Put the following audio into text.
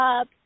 up